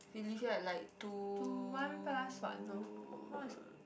we leave here at like two